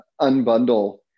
unbundle